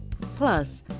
Plus